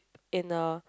in a